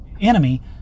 enemy